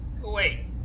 Wait